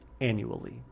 annually